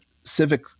civic